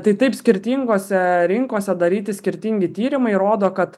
tai taip skirtingose rinkose daryti skirtingi tyrimai rodo kad